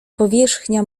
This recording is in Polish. powierzchnia